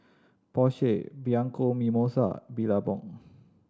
Porsche Bianco Mimosa Billabong